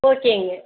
ஓகேங்க